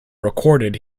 recorded